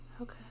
okay